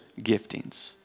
giftings